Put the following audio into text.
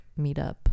meetup